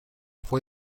fue